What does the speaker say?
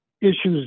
issues